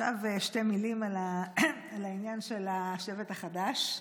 עכשיו שתי מילים על העניין של השבט החדש,